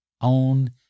own